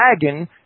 dragon